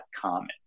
common